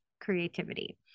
creativity